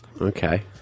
Okay